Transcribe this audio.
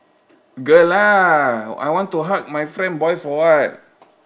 girl lah I want to hug my friend boy for what